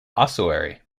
ossuary